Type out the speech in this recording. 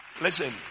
Listen